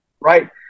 right